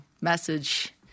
message –